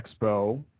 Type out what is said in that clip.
Expo